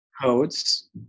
codes